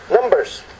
Numbers